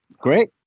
Great